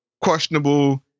questionable